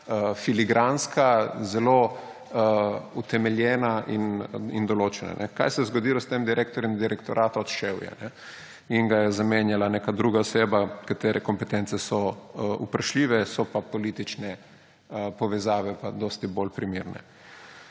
filigranska, zelo utemeljena in določena. Kaj se je zgodilo s tem direktorjem direktorata? Odšel je. In ga je zamenjala neka druga oseba, katere kompetence so vprašljive, so pa politične povezave dosti bolj primerne.